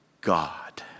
God